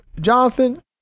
Jonathan